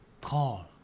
Call